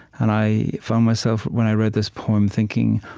and i found myself, when i read this poem, thinking,